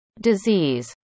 disease